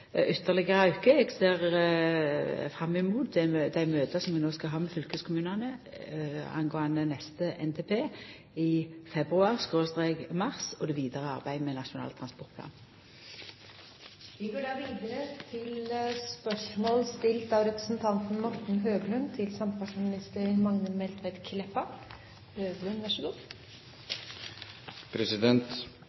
ytterlegare auke. Eg ser fram imot dei møta som vi no skal ha med fylkeskommunane om neste NTP i februar/mars og det vidare arbeidet med Nasjonal transportplan. «Fornebu-området er i stadig vekst med nye boliger og arbeidsplasser. Det er viktig å få på plass en god